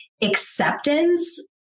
acceptance